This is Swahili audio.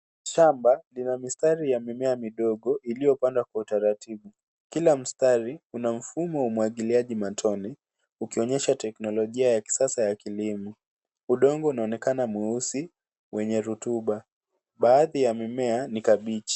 Shamba lina mistari ya mimea midogo iliyopandwa kwa utaratibu. Kila mstari una mfumo wa umwagiliaji matone ukionyesha teknolojia ya kisasa ya kilimo. Udongo unaonekana mweusi rutuba. Baadhi ya mimea ni kabichi.